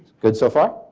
good so far?